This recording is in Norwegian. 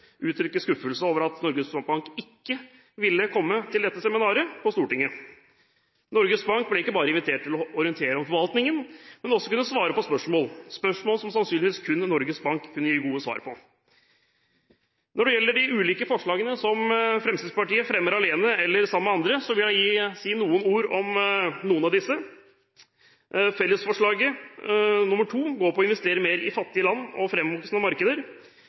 uttrykke skuffelse over at Norges Bank ikke ville komme til dette seminaret på Stortinget. Norges Bank ble ikke bare invitert til å orientere om forvaltningen, men også til å svare på spørsmål – spørsmål som sannsynligvis kun Norges Bank kunne gi gode svar på. Når det gjelder de ulike forslagene som Fremskrittspartiet fremmer alene eller sammen med andre, vil jeg si noen ord om noen av disse: Fellesforslaget, forslag nr. 2, går på å investere mer i fattige land og framvoksende markeder.